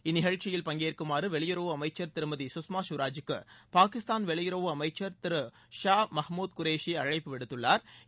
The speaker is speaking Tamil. இந்நிகழ்ச்சியில் பங்கேற்குமாறு வெளியுறவு அமைச்சா் திருமதி சுஷ்மா கவராஜூக்கு பாகிஸ்தான் வெளியுறவு அமைச்சா் திரு ஷா மஹ்மூத் குரேஷி அழைப்பு விடுத்துள்ளாா்